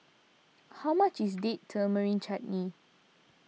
how much is Date Tamarind Chutney